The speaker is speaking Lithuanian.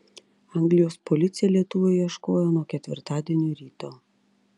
anglijos policija lietuvio ieškojo nuo ketvirtadienio ryto